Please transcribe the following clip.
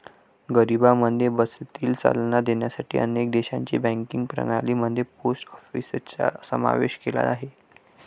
गरिबांमध्ये बचतीला चालना देण्यासाठी अनेक देशांनी बँकिंग प्रणाली मध्ये पोस्ट ऑफिसचा समावेश केला आहे